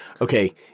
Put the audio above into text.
okay